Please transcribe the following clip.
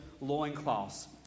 loincloths